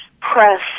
press